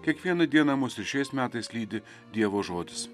kiekvieną dieną mus ir šiais metais lydi dievo žodis